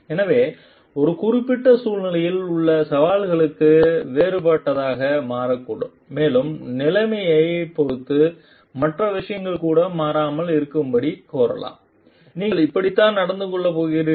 எனவே ஒரு குறிப்பிட்ட சூழ்நிலையில் உள்ள சவால்களும் வேறுபட்டதாக மாறக்கூடும் மேலும் நிலைமையைப் பொறுத்து மற்ற விஷயங்கள் கூட மாறாமல் இருக்கும்படி கோரலாம் நீங்கள் இப்படித்தான் நடந்து கொள்ளப் போகிறீர்கள்